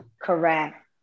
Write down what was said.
Correct